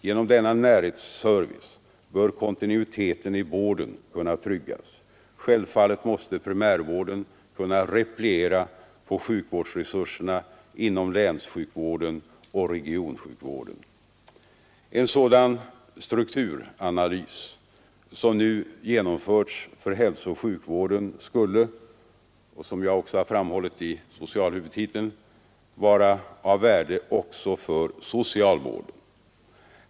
Genom denna närhetsservice bör kontinuiteten i vården kunna tryggas. Självfallet måste primärvården kunna repliera på sjukvårdsresurserna inom länssjukvården och regionsjukvården. En sådan strukturanalys som nu genomförts för hälsooch sjukvården skulle — som jag också har framhållit i socialhuvudtiteln — vara av värde också för socialvården.